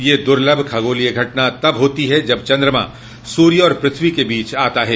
यह दुर्लभ खगोलीय घटना तब होती है जब चंद्रमा सूर्य और पृथ्वी के बीच आता है